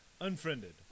Unfriended